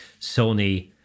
Sony